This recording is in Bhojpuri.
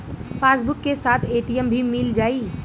पासबुक के साथ ए.टी.एम भी मील जाई?